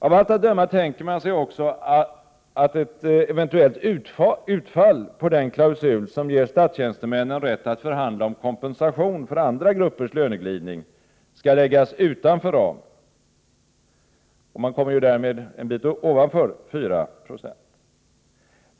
Av allt att döma tänker man sig också ett eventuellt utfall på den klausul som ger statstjänstemännen rätt att förhandla om kompensation för andra gruppers löneglidning skall läggas utanför ramen. Man kommer därmed en bit ovanför 4 96.